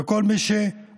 וכל מי שעוסק